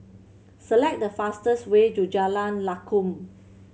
select the fastest way to Jalan Lakum